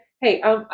Hey